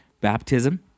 baptism